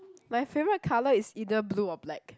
my favourite colour is either blue or black